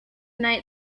night